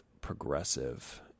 progressive